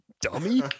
Dummy